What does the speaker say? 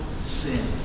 sin